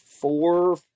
four